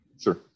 Sure